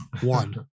one